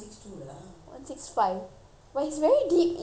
but it's very deep in I don't want to go